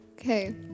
Okay